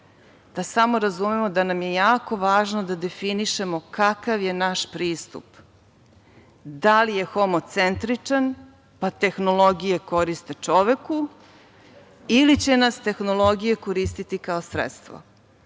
da samo razumemo da nam je jako važno da definišemo kakav je naš pristup. Da li je homocentričan, pa tehnologije koriste čoveku ili će nas tehnologije koristiti kao sredstvo? Ako